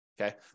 okay